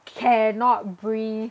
cannot breathe